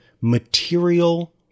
Material